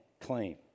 claim